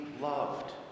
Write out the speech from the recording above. loved